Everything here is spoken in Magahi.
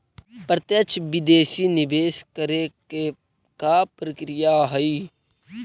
प्रत्यक्ष विदेशी निवेश करे के का प्रक्रिया हइ?